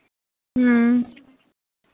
ᱦᱮᱸ